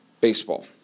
baseball